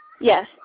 Yes